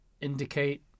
indicate